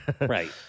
Right